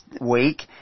week